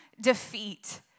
defeat